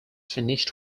finished